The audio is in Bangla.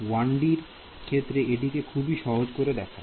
1D এর ক্ষেত্রে এটিকে খুবই সহজ দেখায়